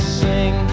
sing